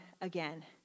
again